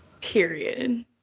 Period